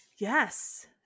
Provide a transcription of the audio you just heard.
yes